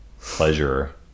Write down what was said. pleasure